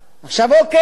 עכשיו, אוקיי,